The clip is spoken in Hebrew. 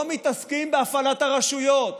לא מתעסקים בהפעלת הרשויות,